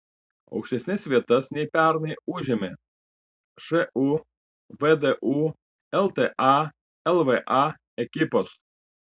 aukštesnes vietas nei pernai užėmė šu vdu lta lva ekipos